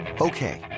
Okay